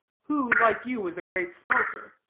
who, like you, was a great smoker,